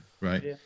right